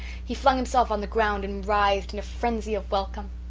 he flung himself on the ground and writhed in a frenzy of welcome.